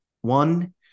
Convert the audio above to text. One